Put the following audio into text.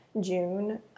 June